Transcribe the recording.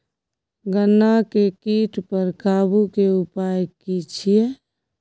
गन्ना के कीट पर काबू के उपाय की छिये?